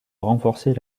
renforcer